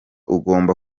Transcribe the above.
ugomba